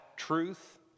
truth